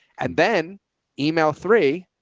and then email three,